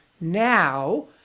now